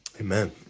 Amen